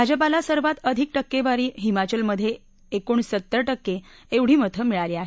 भाजपाला सर्वात अधिक टक्केवारी हिमाचल मध्ये एकोणसत्तर टक्के एवढी मतं मिळाली आहे